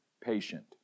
patient